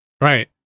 Right